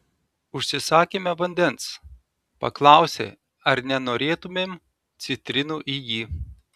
užsisakėme vandens paklausė ar nenorėtumėm citrinų į jį